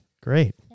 Great